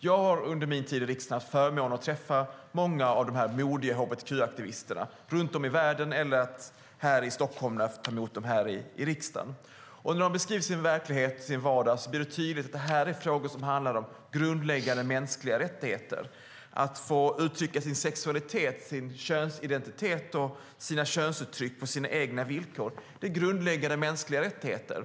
Jag har under min tid i riksdagen haft förmånen att träffa många av dessa modiga hbtq-aktivister runt om i världen eller här i Stockholm när jag har fått ta emot dem i riksdagen. När de beskriver sin verklighet och vardag blir det tydligt att det är frågor som handlar om grundläggande mänskliga rättigheter. Att få uttrycka sin sexualitet, sin könsidentitet och sina könsuttryck på sina egna villkor är grundläggande mänskliga rättigheter.